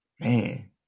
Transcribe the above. Man